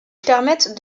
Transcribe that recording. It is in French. permettent